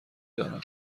دارم